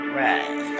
right